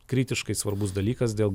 kritiškai svarbus dalykas dėl